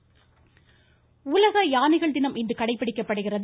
யானைகள் தினம் உலக யானைகள் தினம் இன்று கடைப்பிடிக்கப்படுகிறது